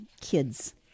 kids